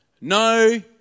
no